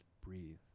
breathe